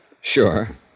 Sure